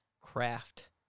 craft